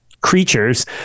creatures